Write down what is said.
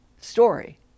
story